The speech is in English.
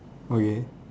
okay